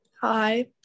Hi